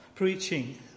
preaching